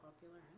popular